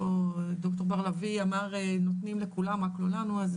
דוקטור בר לביא אמר נותנים לכולם רק לא לנו,